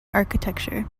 architecture